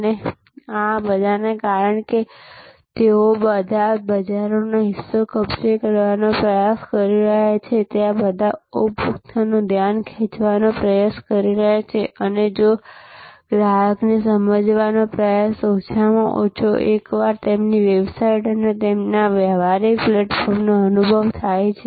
અને આ કારણ કે તેઓ બધા બજારનો હિસ્સો કબજે કરવાનો પ્રયાસ કરી રહ્યા છે ત્યાં બધા ઉપભોક્તાનું ધ્યાન ખેંચવાનો પ્રયાસ કરી રહ્યા છે અને ગ્રાહકને સમજાવવાનો પ્રયાસ ઓછામાં ઓછો એકવાર તેમની વેબસાઇટ અને તેમના વ્યવહારિક પ્લેટફોર્મનો અનુભવ થાય છે